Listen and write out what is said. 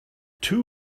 two